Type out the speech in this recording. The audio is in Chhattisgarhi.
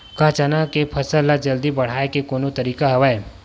का चना के फसल ल जल्दी बढ़ाये के कोनो तरीका हवय?